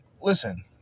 Listen